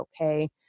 okay